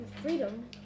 freedom